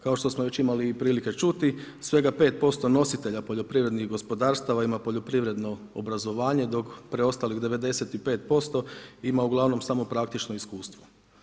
Kao što smo već imali prilike čuti, svega 5% nositelja poljoprivrednih gospodarstava ima poljoprivredno obrazovanje dok preostalih 95% ima uglavnom samo praktično iskustvo.